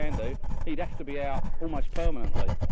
and he'd have to be out almost permanently.